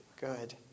Good